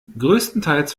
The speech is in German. größtenteils